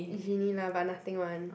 Genie lah but nothing [one]